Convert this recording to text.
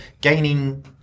gaining